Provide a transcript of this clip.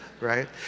right